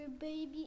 baby